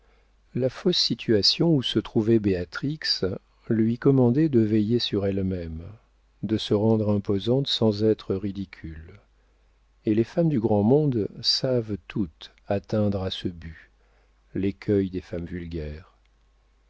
la fausse situation où se trouvait béatrix lui commandait de veiller sur elle-même de se rendre imposante sans être ridicule et les femmes du grand monde savent toutes atteindre à ce but l'écueil des femmes vulgaires